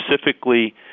specifically